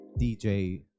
DJ